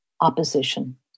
opposition